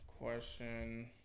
question